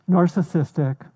Narcissistic